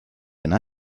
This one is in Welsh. yna